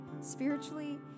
spiritually